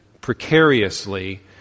precariously